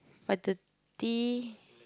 five thirty